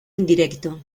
indirecto